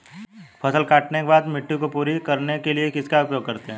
फसल काटने के बाद मिट्टी को पूरा करने के लिए किसका उपयोग करते हैं?